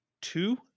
two